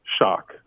shock